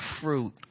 fruit